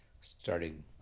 starting